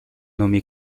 nommé